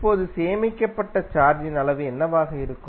இப்போது சேமிக்கப்பட்ட சார்ஜின் அளவு என்னவாக இருக்கும்